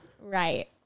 Right